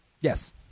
Yes